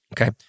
Okay